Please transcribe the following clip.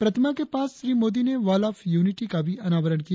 प्रतिमा के पास श्री मोदी ने वॉल ऑफ यूनिटी का भी अनावरण किया